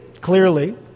clearly